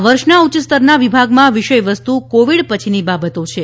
આ વર્ષના ઉચ્ચ સ્તરના વિભાગમાં વિષયવસ્તુ કોવિડ પછીની બાબતો છે